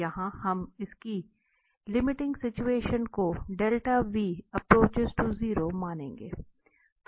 यहाँ हम इसकी लिमिटिंग सिचुएशन को 𝛿𝑉→0 मानेंगे